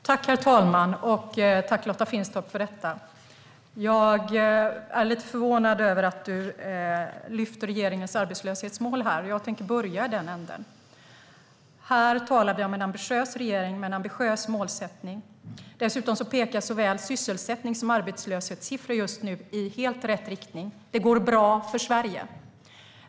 Herr talman! Jag är lite förvånad över att Lotta Finstorp lyfter regeringens arbetslöshetsmål här. Jag tänker börja i den änden. Här talar vi om en ambitiös regering med en ambitiös målsättning. Dessutom pekar såväl sysselsättnings som arbetslöshetssiffror just nu i helt rätt riktning. Det går bra för Sverige.